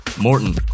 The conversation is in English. Morton